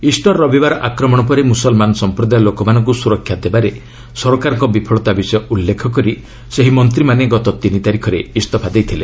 Easter ରବିବାର ଆକ୍ରମଣ ପରେ ମୁସଲମାନ ସମ୍ପ୍ରଦାୟ ଲୋକମାନଙ୍କୁ ସୁରକ୍ଷା ଦେବାରେ ସରକାରଙ୍କ ବିଫଳତା ବିଷୟ ଉଲ୍ଲେଖ କରି ସେହି ମନ୍ତ୍ରୀମାନେ ଗତ ତିନି ତାରିଖରେ ଇସ୍ତଫା ଦେଇଥିଲେ